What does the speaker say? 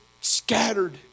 scattered